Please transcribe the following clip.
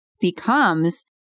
becomes